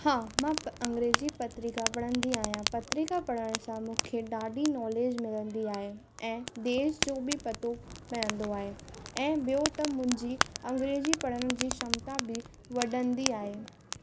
हा मां अंग्रेजी पत्रिका पढ़ंदी आहियां पत्रिका पढ़ण सां मूंखे ॾाढी नॉलेज मिलंदी आहे ऐं देश जो बि पतो पवंदो आहे ऐं ॿियों त मुंहिंजी अंग्रेजी पढ़ण जी क्षमता बि वधंदी आहे